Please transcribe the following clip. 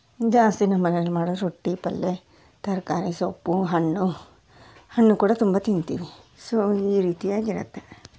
ಜಾಸ್ತಿ ನಮ್ಮ ಮನೆಲ್ಲಿ ಮಾಡೋದು ರೊಟ್ಟಿ ಪಲ್ಯ ತರಕಾರಿ ಸೊಪ್ಪು ಹಣ್ಣು ಹಣ್ಣು ಕೂಡ ತುಂಬ ತಿಂತೀವಿ ಸೊ ಈ ರೀತಿಯಾಗಿರುತ್ತೆ